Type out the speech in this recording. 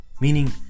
Meaning